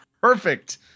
perfect